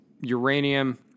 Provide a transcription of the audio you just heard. uranium